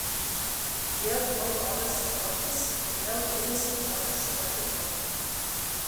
jie tuoj liovėsi juoktis ir vėl dairėsi kokio švilpiko